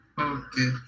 Okay